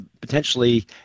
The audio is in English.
potentially